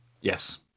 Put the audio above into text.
Yes